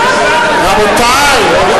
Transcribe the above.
אה,